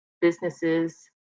businesses